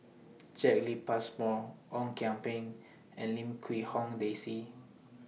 Jacki Passmore Ong Kian Peng and Lim Quee Hong Daisy